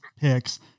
picks